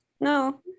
no